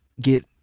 get